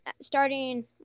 starting